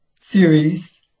series